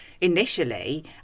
initially